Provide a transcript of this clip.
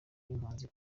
y’impunzi